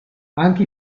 anche